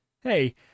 Hey